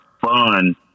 fun